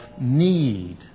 need